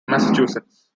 massachusetts